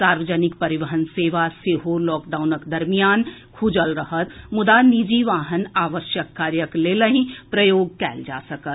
सार्वजनिक परिवहन सेवा सेहो लॉकडाउनक दरमियान खुजल रहत मुदा निजी वाहन आवश्यक कार्यक लेलहिं प्रयोग कयल जा सकत